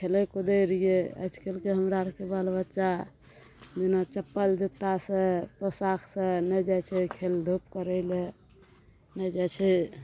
खेलै कूदै रहियै आइकाल्हिके हमरा आरके बाल बच्चा जेना चप्पल जूत्ता सऽ पोशाक सऽ नहि जाइ छै खेल धूप करै लऽए नहि जाइ छै